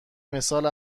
مثال